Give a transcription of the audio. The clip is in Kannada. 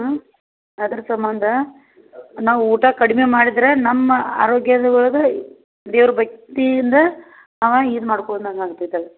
ಹ್ಞೂ ಅದರ ಸಂಬಂಧ ನಾವು ಊಟ ಕಡಿಮೆ ಮಾಡಿದರೆ ನಮ್ಮ ಆರೋಗ್ಯದೊಳ್ಗ ದೇವ್ರಯ ಭಕ್ತಿಯಿಂದ ಅವ ಇದು ಮಾಡ್ಕೊಂದಂಗೆ ಆಗ್ತೈತಿ ಅದು